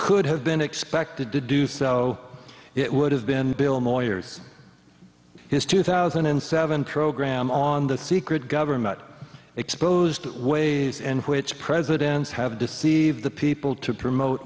could have been expected to do so it would have been bill moyers his two thousand and seven programme on the secret government exposed the ways in which presidents have deceived the people to promote